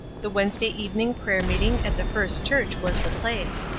the wednesday evening prayer-meeting at the first church was the place.